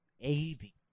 eighty